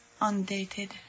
undated